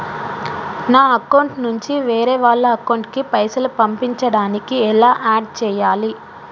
నా అకౌంట్ నుంచి వేరే వాళ్ల అకౌంట్ కి పైసలు పంపించడానికి ఎలా ఆడ్ చేయాలి?